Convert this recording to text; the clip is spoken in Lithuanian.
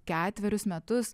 ketverius metus